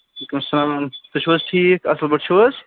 سَلام تُہۍ چھُو حظ ٹھیٖک اصٕل پٲٹھۍ چھِو حظ